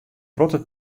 protte